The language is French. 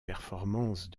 performances